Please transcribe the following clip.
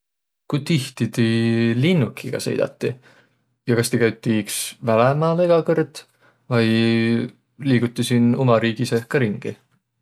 Ku tihti ti linnukiga sõidati? Ja kas ti käüt iks välämaal egä kõrd vai liiguti siin uma riigi seeh ka ringi?